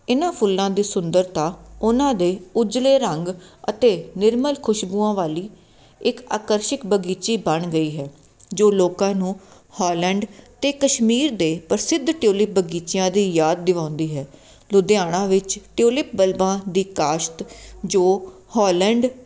ਇਹਨਾਂ ਫੁੱਲਾਂ ਦੀ ਸੁੰਦਰਤਾ ਉਹਨਾਂ ਦੇ ਉਜਲੇ ਰੰਗ ਅਤੇ ਨਿਰਮਲ ਖੁਸ਼ਬੂਆਂ ਵਾਲੀ ਇੱਕ ਆਕਰਸ਼ਿਕ ਬਗੀਚੀ ਬਣ ਗਈ ਹੈ ਜੋ ਲੋਕਾਂ ਨੂੰ ਹੋਲੈਂਡ ਅਤੇ ਕਸ਼ਮੀਰ ਦੇ ਪ੍ਰਸਿੱਧ ਟਿਉਲਿਪ ਬਗੀਚਿਆਂ ਦੀ ਯਾਦ ਦਿਵਾਉਂਦੀ ਹੈ ਲੁਧਿਆਣਾ ਵਿੱਚ ਟਿਉਲਿਪ ਬਲਬਾਂ ਦੀ ਕਾਸ਼ਤ ਜੋ ਹੋਲੈਂਡ